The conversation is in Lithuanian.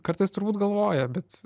kartas turbūt galvojo bet